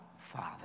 Father